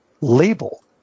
label